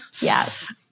Yes